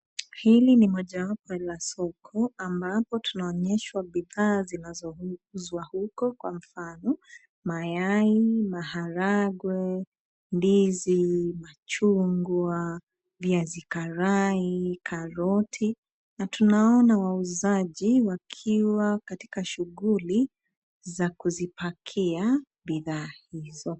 Hili ni moja wapo la soko, ambapo tunaonyeshwa bidhaa zinazouzwa huko, kwa mfano: mayai, maharagwe, ndizi, machungwa, viazi karai, karoti na tunaona wauzaji wakiwa katika shughuli za kuzipakia bidhaa hizo.